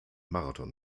marathon